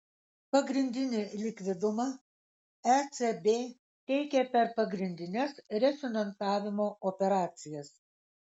pagrindinį likvidumą ecb teikia per pagrindines refinansavimo operacijas